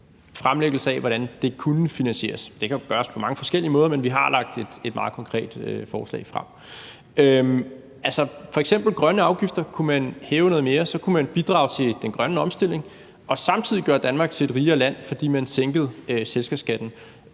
fremlæggelse af, hvordan det kunne finansieres. Det kan jo gøres på mange forskellige måder, men vi har lagt et meget konkret forslag frem. Altså, f.eks. grønne afgifter kunne man hæve noget mere; så kunne man bidrage til den grønne omstilling og samtidig gøre Danmark til et rigere land, fordi man sænkede selskabsskatten.